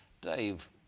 Dave